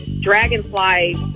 dragonfly